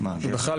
בכלל,